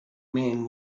man